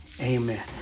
amen